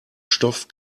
stoff